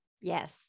Yes